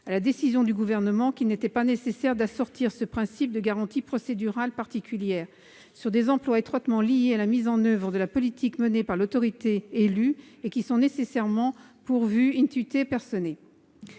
à la décision du Gouvernement, qu'il n'était pas nécessaire d'assortir ce principe de garanties procédurales particulières, sur des emplois étroitement liés à la mise en oeuvre de la politique menée par l'autorité élue et qui sont nécessairement pourvus. Il vise enfin